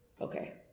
Okay